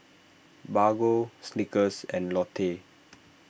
Bargo Snickers and Lotte